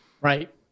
Right